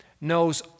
knows